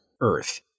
earth